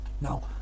Now